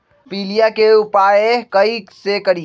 पीलिया के उपाय कई से करी?